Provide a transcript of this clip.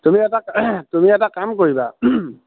তুমি এটা তুমি এটা কাম কৰিবা